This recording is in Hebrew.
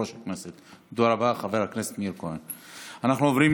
בקריאה ראשונה אנחנו נתמוך בו,